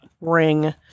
ring